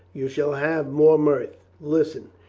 you shall have more mirth. listen!